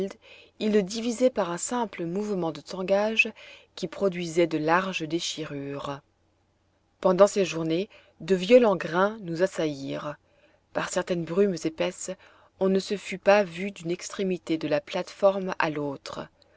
il le divisait par un simple mouvement de tangage qui produisait de larges déchirures pendant ces journées de violents grains nous assaillirent par certaines brumes épaisses on ne se fût pas vu d'une extrémité de la plate-forme à l'autre